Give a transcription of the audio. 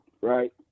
right